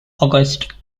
august